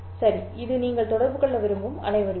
சரி இது நீங்கள் தொடர்பு கொள்ள விரும்பும் அலைவடிவம்